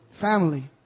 family